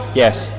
Yes